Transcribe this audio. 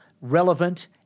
relevant